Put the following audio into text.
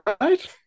right